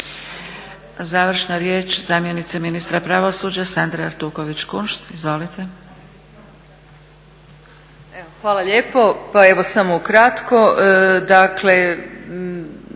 Završna riječ, zamjenica ministra pravosuđa, Sandra Artuković-Kunšt. Izvolite. **Artuković Kunšt, Sandra** Hvala lijepo. Pa evo samo ukratko.